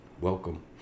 welcome